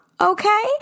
okay